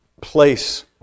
place